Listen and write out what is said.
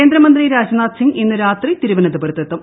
കേന്ദ്രമന്ത്രി രാജ്നാഥ് സിംഗ് ഇന്ന് രാത്രി തിരുവനന്തപുരത്ത് എത്തും